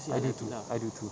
I do too I do too